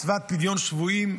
מצוות פדיון שבויים,